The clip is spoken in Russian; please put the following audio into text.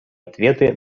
ответы